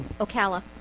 ocala